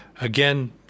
Again